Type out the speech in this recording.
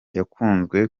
yakunzwe